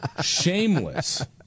shameless